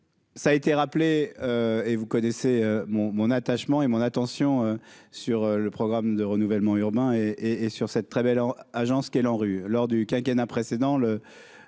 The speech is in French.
ça a été rappelé, et vous connaissez mon mon attachement et mon attention sur le programme de renouvellement urbain et et sur cette très belle en agence qui est ANRU lors du quinquennat précédent